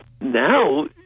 now